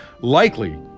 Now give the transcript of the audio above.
likely